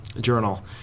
journal